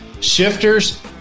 shifters